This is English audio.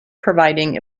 providing